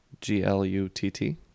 G-l-u-t-t